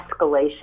escalation